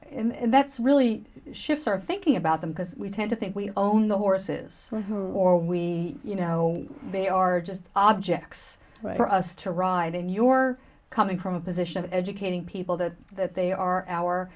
n that's really shift our thinking about them because we tend to think we own the horses or we you know they are just objects for us to ride in your coming from a position of educating people to that they are our